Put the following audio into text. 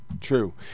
true